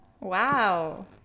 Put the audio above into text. wow